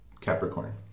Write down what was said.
Capricorn